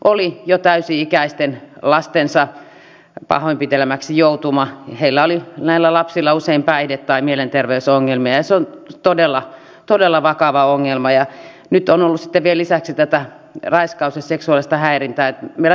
nämä asiat muuten eivät ole välttämättä kovinkaan kaukana toisistaan koska maahanmuuton keskeisin tavoite sen onnistumisessa kotouttamiseen asti on ilman muuta työllisyydessä ja sitä kautta löytyvässä elämän merkityksellisyydessä ja myöskin paikassa yhteiskunnassa ja omassa kotikunnassaan